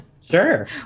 Sure